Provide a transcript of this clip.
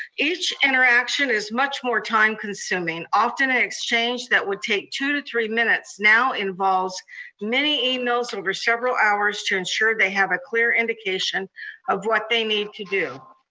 each interaction is much more time-consuming. often an ah exchange that would take two to three minutes now involves many emails over several hours to ensure they have a clear indication of what they need to do.